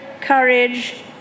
courage